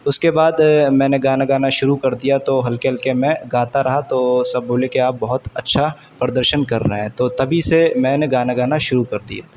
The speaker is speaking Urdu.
اس کے بعد میں نے گانا گانا شروع کر دیا تو ہلکے ہلکے میں گاتا رہا تو سب بولے کہ آپ بہت اچھا پردرشن کر رہے ہیں تو تبھی سے میں نے گانا گانا شروع کر دیا تھا